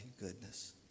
goodness